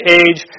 age